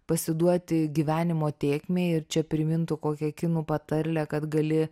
pasiduoti gyvenimo tėkmei ir čia primintų kokią kinų patarlę kad gali